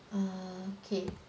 um k